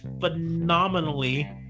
phenomenally